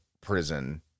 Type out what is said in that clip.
prison